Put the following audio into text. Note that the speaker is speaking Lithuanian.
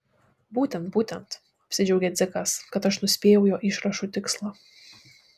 būtent būtent apsidžiaugė dzikas kad aš nuspėjau jo išrašų tikslą